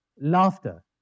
laughter